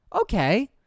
okay